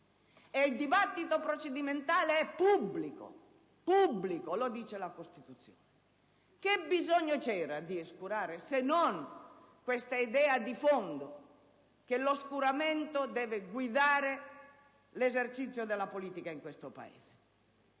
il dibattimento processuale è pubblico, dice la Costituzione. Che bisogno c'era di oscurare, se non per questa idea di fondo per cui l'oscuramento deve guidare l'esercizio della politica in questo Paese?